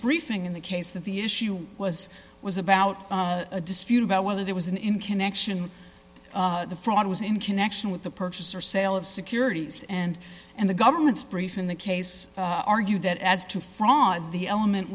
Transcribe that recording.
briefing in the case that the issue was was about a dispute about whether there was an in connection the fraud was in connection with the purchase or sale of securities and and the government's brief in the case argued that as to fraud the element